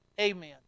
Amen